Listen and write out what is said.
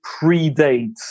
predates